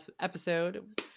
episode